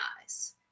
eyes